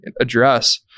address